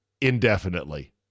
indefinitely